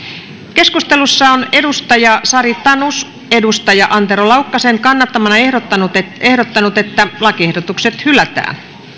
keskustelussa on sari tanus antero laukkasen kannattamana ehdottanut että ehdottanut että lakiehdotukset hylätään